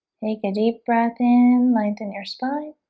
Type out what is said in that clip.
take a deep breath in lengthen your spine